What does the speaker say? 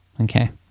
Okay